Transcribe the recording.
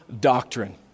doctrine